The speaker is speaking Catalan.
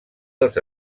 els